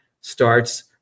starts